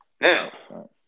Now